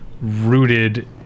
rooted